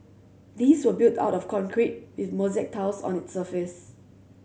these were built out of concrete with mosaic tiles on its surface